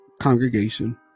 congregation